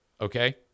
Okay